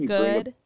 good